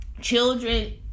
children